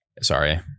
Sorry